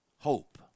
Hope